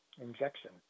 injection